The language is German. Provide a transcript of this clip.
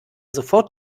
sofort